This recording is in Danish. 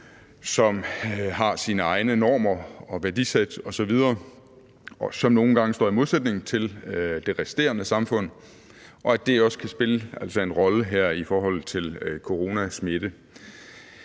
som har sine egne normer og værdisæt osv., og som nogle gange står i modsætning til det resterende samfund, og at det også kan spille en rolle her i forhold til coronasmitte.